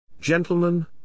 Gentlemen